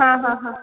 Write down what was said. हा हा हा